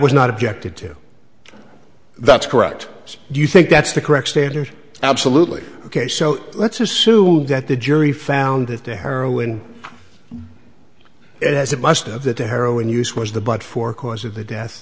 was not objected to that's correct do you think that's the correct standard absolutely ok so let's assume that the jury found that the heroin as it must have that the heroin use was the but for cause of the death